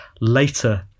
later